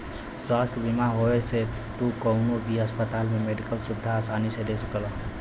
स्वास्थ्य बीमा होये से तू कउनो भी अस्पताल में मेडिकल सुविधा आसानी से ले सकला